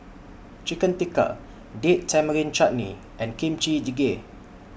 Chicken Tikka Date Tamarind Chutney and Kimchi Jjigae